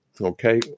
okay